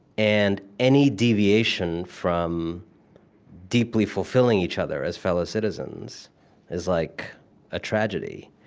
and any deviation from deeply fulfilling each other as fellow citizens is like a tragedy.